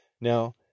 Now